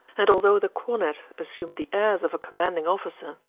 and although the cornet assumed the airs of a commanding officer,